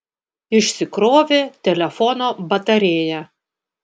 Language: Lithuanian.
išsikrovė telefono batarėja